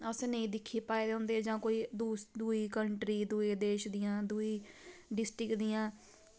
असैं नेईं दिक्खी पाए दे होंदे जां कोई दूस दुई कंट्री दुए देश दियां दुई डिस्टिक दियां